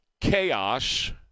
chaos